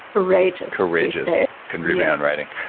courageous. courageous can rebound writing.